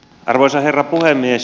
arvoisa herra puhemies